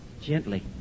Gently